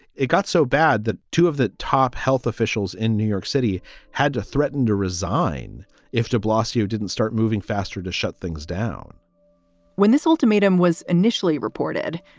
it got so bad that two of the top health officials in new york city had to threaten to resign if de blasio didn't start moving faster to shut things down when this ultimatum was initially reported,